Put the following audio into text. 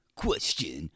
question